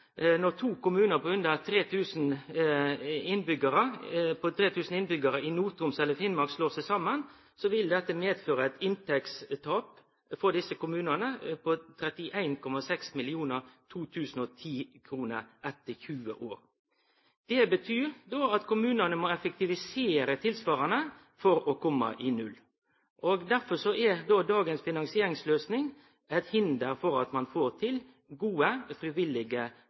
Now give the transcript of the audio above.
når to kommunar på under 3 000 innbyggjarar i Nord-Troms eller Finnmark slår seg saman, vil dette medføra eit inntektstap for desse kommunane på 31,6 mill. kr 2010-kroner etter 20 år. Det betyr at kommunane må effektivisere tilsvarande for å komme i null. Derfor er dagens finansieringsløysing til hinder for at ein får til gode, frivillige